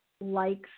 likes